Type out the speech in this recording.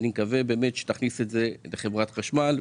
ואני מקווה שתכניס את זה בחברת החשמל.